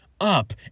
up